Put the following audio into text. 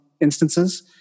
instances